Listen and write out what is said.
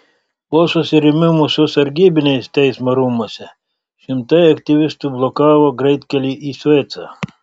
po susirėmimų su sargybiniais teismo rūmuose šimtai aktyvistų blokavo greitkelį į suecą